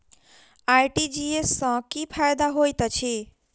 RTGS सँ की फायदा होइत अछि?